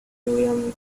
william